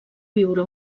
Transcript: viure